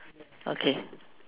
okay